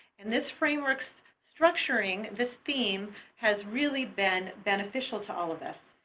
and this frameworks structuring, this theme has really been beneficial to all of us.